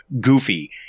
goofy